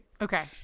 Okay